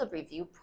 Review